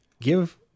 give